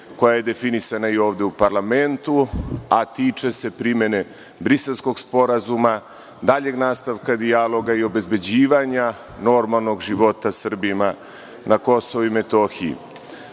koja je definisana ovde u parlamentu, a tiče se primene Briselskog sporazuma, daljeg nastavka dijaloga i obezbeđivanja normalnog života Srbima na Kosovu i Metohiji. Sada